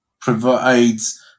provides